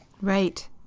right